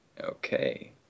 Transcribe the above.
okay